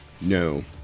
No